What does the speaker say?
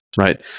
right